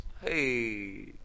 hey